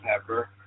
pepper